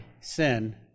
sin